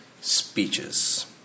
speeches